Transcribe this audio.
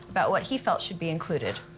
about what he felt should be included.